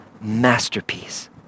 masterpiece